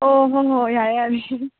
ꯑꯣ ꯍꯣꯏ ꯍꯣꯏ ꯌꯥꯔꯦ ꯌꯥꯔꯦ